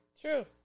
True